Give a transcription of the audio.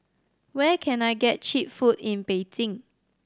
where can I get cheap food in Beijing